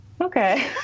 okay